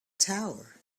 tower